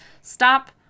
stop